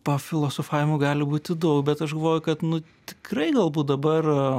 pafilosofavimų gali būti daug bet aš galvoju kad nu tikrai galbūt dabar